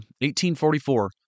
1844